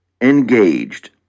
engaged